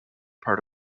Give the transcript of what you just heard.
part